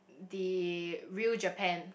the real Japan